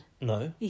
No